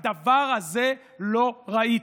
כדבר הזה לא ראיתי,